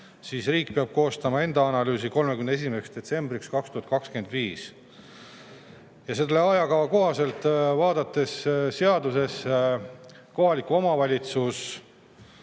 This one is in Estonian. siis riik peab koostama enda analüüsi 31. detsembriks 2025. Samas, selle ajakava kohaselt, kui vaadata seadust, kohalik omavalitsus